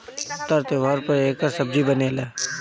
तर त्योव्हार पर एकर सब्जी बनेला